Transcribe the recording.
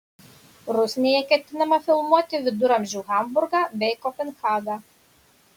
rusnėje ketinama filmuoti viduramžių hamburgą bei kopenhagą